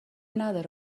نداره